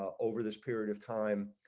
over this period of time.